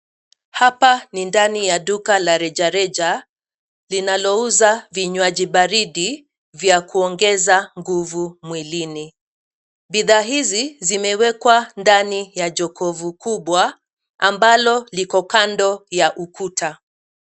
Hapa ni ndani ya duka la rejareja, linalouza vinywaji baridi vya kuongeza nguvu mwilini. Bidhaa hizi, zimewekwa ndani ya jokovu kubwa, ambalo liko kando ya ukuta.